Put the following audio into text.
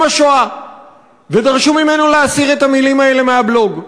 השואה ודרשו ממנו להסיר את המילים האלה מהבלוג.